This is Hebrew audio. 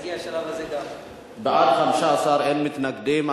בעד, 15, אין מתנגדים.